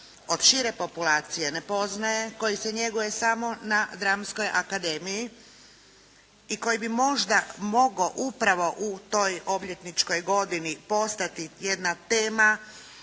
od šire populacije ne poznaje, koji se njeguje samo na Dramskoj akademiji i koji bi možda mogao upravo u toj obljetničkoj godini postati jedna tema